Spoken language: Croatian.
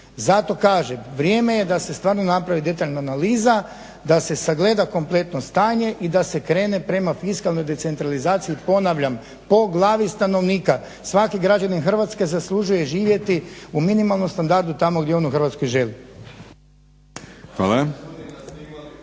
Zato kažem vrijeme je da se stvarno napravi detaljna analiza, da se sagleda kompletno stanje i da se krene prema fiskalnoj decentralizaciji ponavljam po glavi stanovnika, svaki građanin Hrvatske zaslužuje živjeti u minimalnom standardu tamo gdje on u Hrvatskoj želi.